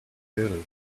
early